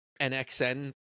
NXN